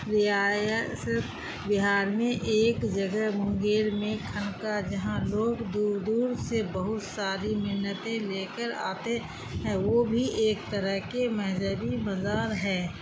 رعایاست بہار میں ایک جگہ منگیر میں خانقا جہاں لوگ دور دور سے بہت ساری منتیں لے کر آتے ہیں وہ بھی ایک طرح کے مہذبی مزار ہے